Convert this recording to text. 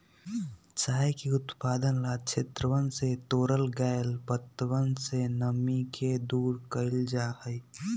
चाय के उत्पादन ला क्षेत्रवन से तोड़ल गैल पत्तवन से नमी के दूर कइल जाहई